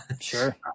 Sure